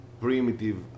primitive